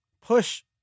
push